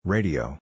Radio